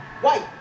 white